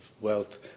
wealth